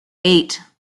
eight